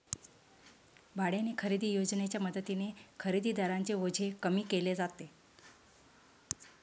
भाड्याने खरेदी योजनेच्या मदतीने खरेदीदारांचे ओझे कमी केले जाते